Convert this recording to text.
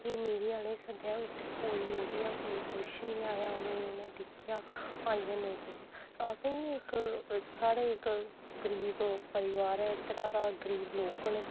फ्ही मीडिया आह्लें गी सद्देआ उत्थै कोई मीडिया कोई कुछ निं आया उ'नें गी उ'नें दिक्खेआ आइयै नेईं किश असें गी बी इक साढ़ै इक गरीब ओह् परिवार ऐ इद्धरा दा गरीब लोक न